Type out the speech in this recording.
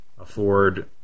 afford